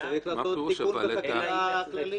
--- לכן צריך לעשות תיקון בחקיקה כללית.